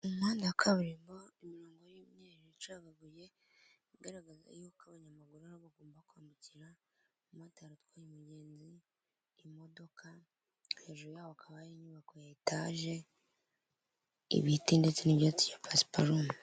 Umuhanda wa kaburimbo, urimo imirongo y'umweru icagaguye, igaragaza yuko abanyamaguru ariho bagomba kwamukira motari utwaye umugenzi, imodoka, hejuru yaho akaba inyubako ya etaje, ibiti, ndetse n'ibyati ya pasiporomu.